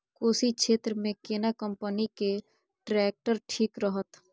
कोशी क्षेत्र मे केना कंपनी के ट्रैक्टर ठीक रहत?